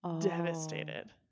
devastated